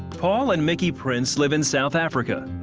paul and mickey prince live in south africa,